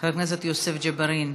חבר הכנסת יוסף ג'בארין,